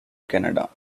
canada